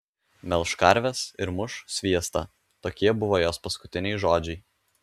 melš karves ir muš sviestą tokie buvo jos paskutiniai žodžiai